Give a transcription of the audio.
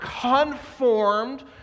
conformed